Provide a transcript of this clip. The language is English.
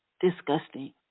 disgusting